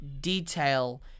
detail